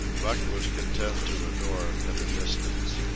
buck was content to adore at a distance.